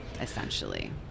essentially